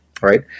right